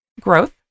growth